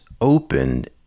opened